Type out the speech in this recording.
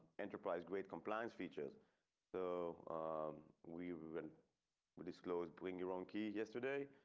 enterprise grade compliance features so um we we when we disclose bring your own key yesterday